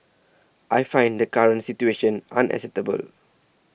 I find the current situation unacceptable